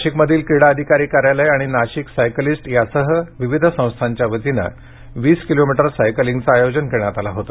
नाशिकमधील क्रीडा अधिकारी कार्यालय आणि नाशिक सायकलीस्ट यासह विविध संस्थांच्या वतीने वीस किलोमीटर सायकलींगचे आयोजन करण्यात आले होते